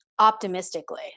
optimistically